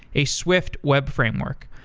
a swift web framework.